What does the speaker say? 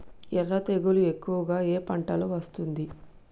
ఎర్ర తెగులు ఎక్కువగా ఏ పంటలో వస్తుంది?